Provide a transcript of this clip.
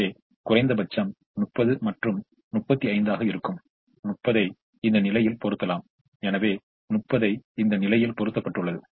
எனவே குறைந்தபட்சம் 30 மற்றும் 35 ஆக இருக்கும் 30 ஐ இந்த நிலையில் பொறுத்தலாம் எனவே 30 இந்த நிலையில் பொறுத்தப்பட்டுள்ளது